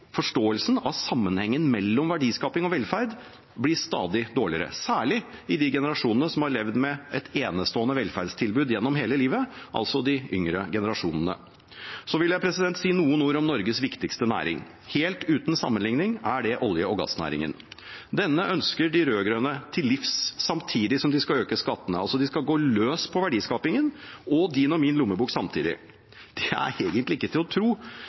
forståelsen av sammenhengen mellom verdiskaping og velferd blir stadig dårligere, særlig i de generasjonene som har levd med et enestående velferdstilbud gjennom hele livet, altså de yngre generasjonene. Så vil jeg si noen ord om Norges viktigste næring. Helt uten sammenligning er det olje- og gassnæringen. Denne ønsker de rød-grønne til livs, samtidig som de skal øke skattene. De skal gå løs på verdiskapingen og på din og min lommebok samtidig. Det er egentlig ikke til å tro.